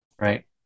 right